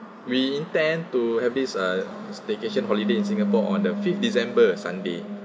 we intend to have this uh staycation holiday in singapore on the fifth december sunday